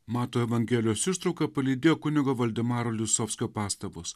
mato evangelijos ištrauką palydėjo kunigo valdemaro lisovskio pastabos